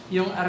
Yung